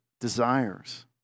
desires